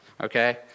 Okay